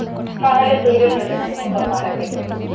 five hundred pages ఉంటాయి sir మొత్తం five hundred papers